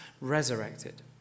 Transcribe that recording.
resurrected